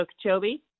Okeechobee